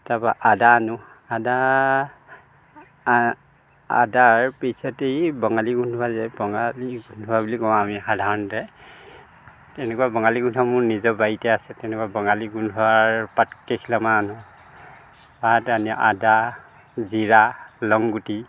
তাৰপৰা আদা নহ আদা আ আদাৰ পিছতে বঙালী গোন্ধোৱা যে বঙালী গোন্ধোৱা বুলি কওঁ আমি সাধাৰণতে এনেকুৱা বঙালী গোন্ধোৱা মোৰ নিজৰ বাৰীতে আছে তেনেকুৱা বঙালী গোন্ধোৱাৰ পাট কেইখিলামান আনোঁ পাত আনি আদা জীৰা লং গুটি